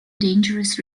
dangerous